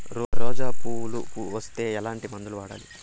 రోజా పువ్వులు వస్తే ఎట్లాంటి మందులు వాడాలి?